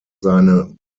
seine